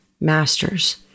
Masters